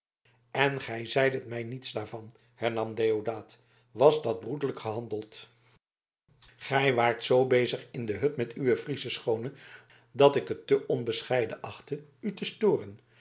en gij zeidet mij niets daarvan hernam deodaat was dat broederlijk gehandeld gij waart zoo bezig in de hut met uw friesche schoone dat ik het te onbescheiden achtte u te storen